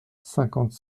cinquante